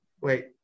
Wait